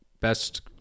Best